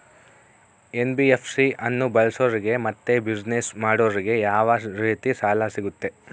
NBFC ಅನ್ನು ಬಳಸೋರಿಗೆ ಮತ್ತೆ ಬಿಸಿನೆಸ್ ಮಾಡೋರಿಗೆ ಯಾವ ರೇತಿ ಸಾಲ ಸಿಗುತ್ತೆ?